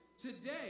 today